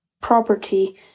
property